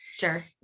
Sure